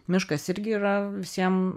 miškas irgi yra visiem